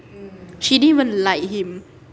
she didn't even like him